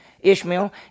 Ishmael